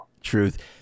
Truth